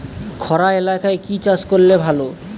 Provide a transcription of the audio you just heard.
খরা এলাকায় কি চাষ করলে ভালো?